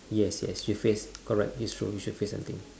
yes yes your fears correct you should face something